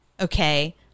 okay